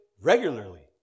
regularly